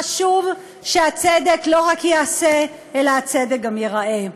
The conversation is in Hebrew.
חשוב שהצדק לא רק ייעשה אלא גם ייראה.